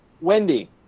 wendy